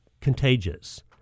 contagious